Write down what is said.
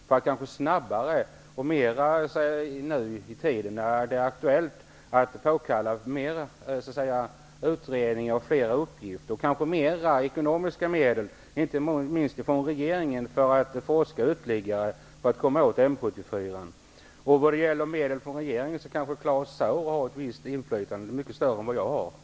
Kanske kan vi snabbare -- det är ju nu som frågan är aktuell -- få fram fler utredningar och uppgifter. Kanske kan vi också få ytterligare medel, inte minst från regeringen, för ytterligare forskning för att komma åt sjukdomen Claus Zaar har kanske ett visst inflytande -- i varje fall har han mycket större inflytande än jag -- när det gäller detta med medel från regeringen.